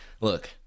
Look